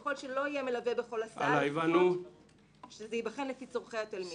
ככל שלא יהיה מלווה בכל הסעה לפחות שזה ייבחן לפי צרכי התלמיד.